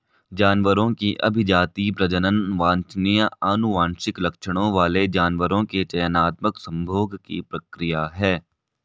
जानवरों की अभिजाती, प्रजनन वांछनीय आनुवंशिक लक्षणों वाले जानवरों के चयनात्मक संभोग की प्रक्रिया है